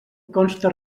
consta